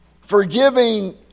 Forgiving